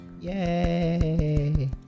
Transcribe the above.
Yay